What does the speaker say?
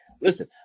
listen